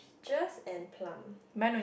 peaches and plum